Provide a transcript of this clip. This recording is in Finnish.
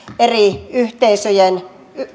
eri yhteisöjen